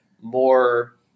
more